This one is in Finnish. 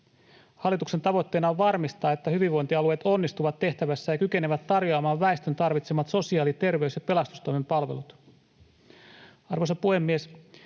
”Hallituksen tavoitteena on varmistaa, että hyvinvointialueet onnistuvat tehtävässään ja kykenevät tarjoamaan väestön tarvitsemat sosiaali-, terveys- ja pelastustoimen palvelut.” Arvoisa puhemies!